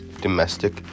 domestic